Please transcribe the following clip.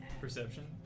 Perception